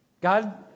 God